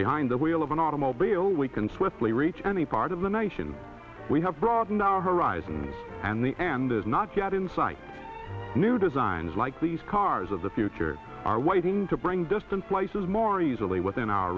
behind the wheel of an automobile we can swiftly reach any part of the nation we have broaden our horizons and the end is not yet insight new designs like these cars of the future are waiting to bring distant slices more easily within our